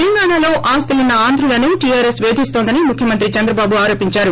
తెలంగాణలో ఆస్తులున్న ఆంధ్రులను టీఆర్ఎస్ పేధిస్తోందని ముఖ్యమంత్రి చంద్రబాటు ఆరోపించారు